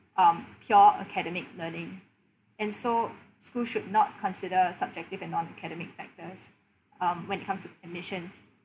um pure academic learning and so school should not consider subjective and non academic factors um when it comes to admissions